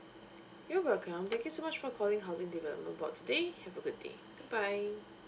you're welcome thank you so much for calling housing development board today have a good day goodbye